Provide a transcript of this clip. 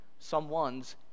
someones